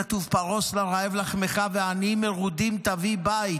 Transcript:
כתוב "פרס לרעב לחמך ועניים מרודים תביא בית"